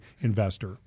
investor